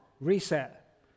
reset